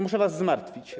Muszę was zmartwić.